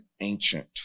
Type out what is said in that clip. ancient